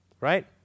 right